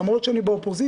למרות שאני באופוזיציה,